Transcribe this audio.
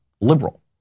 liberal